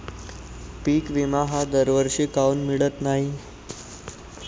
पिका विमा हा दरवर्षी काऊन मिळत न्हाई?